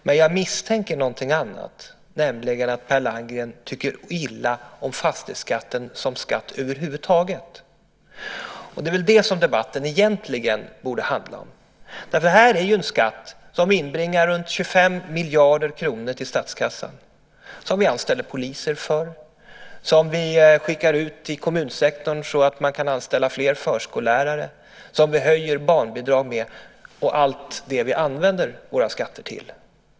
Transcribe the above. Men jag misstänker någonting annat, nämligen att Per Landgren tycker illa om fastighetsskatten som skatt över huvud taget. Det är väl det som debatten egentligen borde handla om. Här har vi ju en skatt som inbringar runt 25 miljarder kronor till statskassan - pengar som vi anställer poliser för, pengar som vi skickar ut till kommunsektorn så att man kan anställa fler förskollärare, pengar som vi använder till att höja barnbidrag och till allt annat som våra skatter går till.